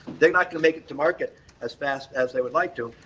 they are not going to make it to market as fast as they would like to,